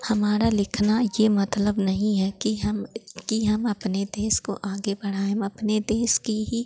हमारा लिखना यह मतलब नहीं है कि हम कि हम अपने देश को आगे बढ़ाएँ हम अपने देश की ही